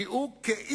כי הוא כאילו